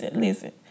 listen